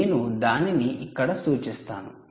నేను దానిని ఇక్కడ సూచిస్తాను